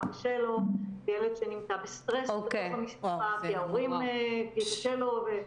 קשה לו וילד שנמצא בסטרס בתוך המשפחה כי קשה לו.